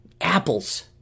apples